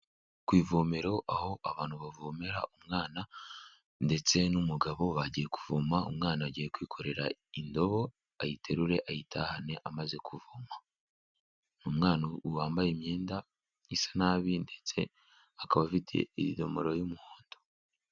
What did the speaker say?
Ku ivomero aho abantu bavomera, umwana ndetse n'umugabo bagiye kuvoma, umwana agiye kwikorera indobo ayiterure ayitahane amaze kuvoma, umwana wambaye imyenda isa nabi ndetse akaba afite idomoro y'umuhondo.